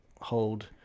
hold